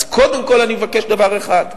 אז קודם כול אני מבקש דבר אחד: